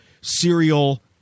serial